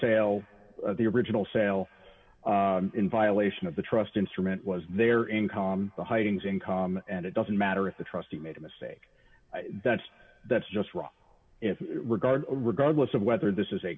sale of the original sale in violation of the trust instrument was their income the hidings income and it doesn't matter if the trustee made a mistake that's that's just wrong regard regardless of whether this is a